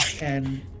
and-